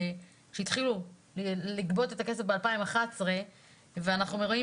כשהתחילו לגבות את הכסף ב-2011 ואנחנו רואים